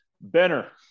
Benner